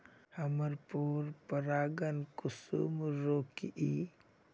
हमार पोरपरागण कुंसम रोकीई?